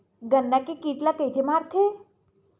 गन्ना के कीट ला कइसे मारथे?